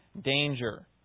danger